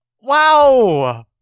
wow